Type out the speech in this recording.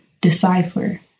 decipher